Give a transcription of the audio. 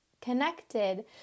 connected